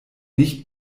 nicht